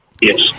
Yes